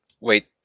wait